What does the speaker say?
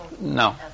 no